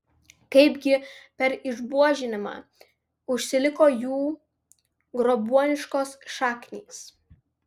kaipgi per išbuožinimą užsiliko jų grobuoniškos šaknys